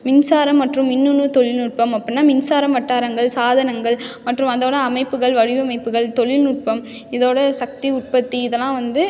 மின்சாரம் மற்றும் மின்னணுத் தொழில்நுட்பம் அப்பிட்னா மின்சாரம் வட்டாரங்கள் சாதனங்கள் மற்றும் அதோடய அமைப்புகள் வடிவமைப்புகள் தொழில்நுட்பம் இதோடய சக்தி உற்பத்தி இதெல்லாம் வந்து